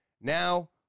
Now